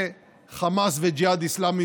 חמאס וג'יהאד אסלאמי,